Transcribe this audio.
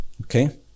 okay